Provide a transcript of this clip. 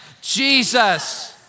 Jesus